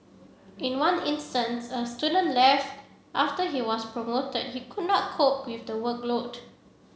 in one instance a student left after he was promoted he could not cope with the workload